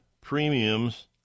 premiums